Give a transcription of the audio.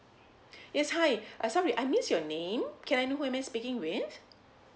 yes hi uh sorry I missed your name can I know who am I speaking with it